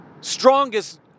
strongest